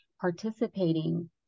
participating